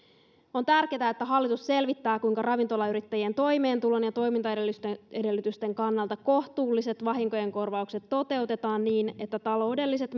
on tärkeätä että hallitus selvittää kuinka ravintolayrittäjien toimeentulon ja toimintaedellytysten kannalta kohtuulliset vahinkojen korvaukset toteutetaan niin että taloudelliset